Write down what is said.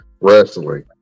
wrestling